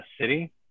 city